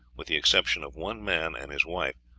with the exception of one man and his wife,